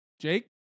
Jake